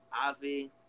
Avi